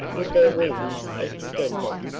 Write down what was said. with their wings extended,